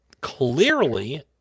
clearly